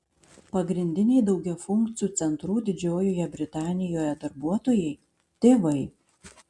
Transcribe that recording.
pagrindiniai daugiafunkcių centrų didžiojoje britanijoje darbuotojai tėvai